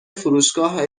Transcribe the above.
فروشگاه